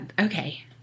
Okay